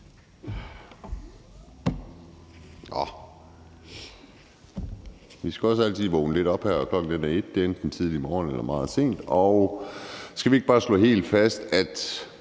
Vi skal vågne lidt op her. Klokken er 01, og det er enten tidlig morgen eller meget sent. Skal vi ikke bare slå helt fast, at